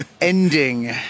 ending